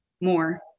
more